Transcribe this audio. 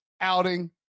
outing